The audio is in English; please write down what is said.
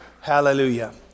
Hallelujah